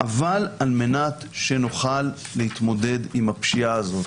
אבל על מנת שנוכל להתמודד עם הפשיעה הזאת